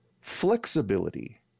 Flexibility